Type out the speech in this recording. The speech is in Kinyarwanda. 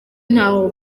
ntaho